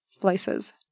places